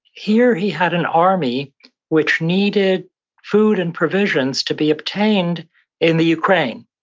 here, he had an army which needed food and provisions, to be obtained in the ukraine.